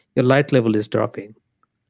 your light level is dropping.